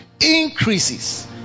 increases